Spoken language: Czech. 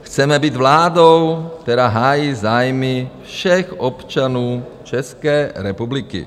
Chceme být vládou, která hájí zájmy všech občanů České republiky.